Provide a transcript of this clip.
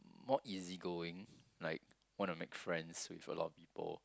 more easy going like wanna make friends with a lot of people